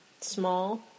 small